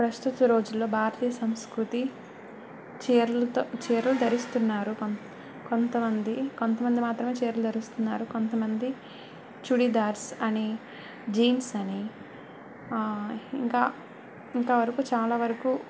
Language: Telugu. ప్రస్తుత రోజులలో భారతీయ సంస్కృతి చీరలతో చీరలు ధరిస్తున్నారు కొం కొంతమంది కొంతమంది మాత్రమే చీరలు ధరిస్తున్నారు కొంతమంది చుడీదార్స్ అని జీన్స్ అని ఇంకా ఇంతవరకు చాలావరకు